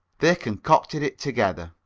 they concocted it together,